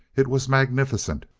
it was magnificent.